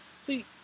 See